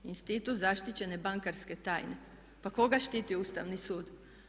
Institut zaštićene bankarske tajne, pa koga štiti Ustavni sud?